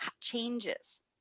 changes